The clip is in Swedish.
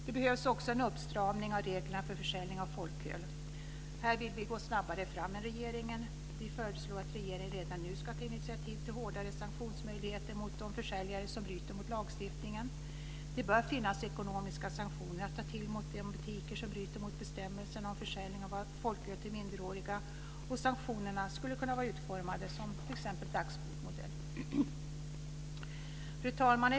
Det behövs också en uppstramning av reglerna för försäljning av folköl. Här vill vi gå snabbare fram än regeringen. Vi föreslår att regeringen redan nu ska ta initiativ till hårdare sanktionsmöjligheter mot de försäljare som bryter mot lagstiftningen. Det bör finns ekonomiska sanktioner att ta till mot de butiker som bryter mot bestämmelserna om försäljning av folköl till minderåriga. Sanktionerna skulle kunna vara utformade efter t.ex. dagsbotsmodell. Fru talman!